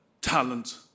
talent